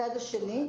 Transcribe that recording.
בצד השני,